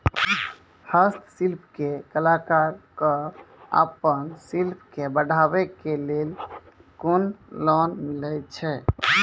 हस्तशिल्प के कलाकार कऽ आपन शिल्प के बढ़ावे के लेल कुन लोन मिलै छै?